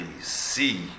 see